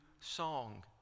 song